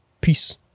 Peace